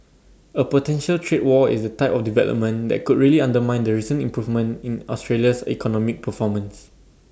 A potential trade war is the type of development that could really undermine the recent improvement in Australia's economic performance